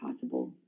possible